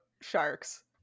sharks